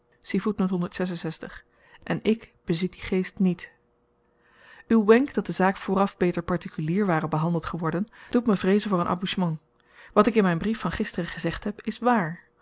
en ik bezit dien geest niet uw wenk dat de zaak vooraf beter partikulier ware behandeld geworden doet me vreezen voor een abouchement wat ik in myn brief van gisteren gezegd heb is waar